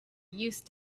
used